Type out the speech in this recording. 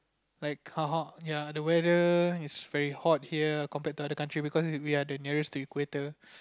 like how how ya the weather is very hot here compared to the other country because we are the nearest to the equator